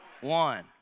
One